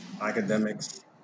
academics